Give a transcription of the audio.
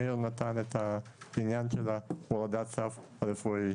מאיר נתן את העניין של הורדת הרף הרפואי,